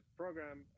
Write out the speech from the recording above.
program